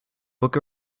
book